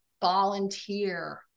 Volunteer